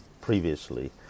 previously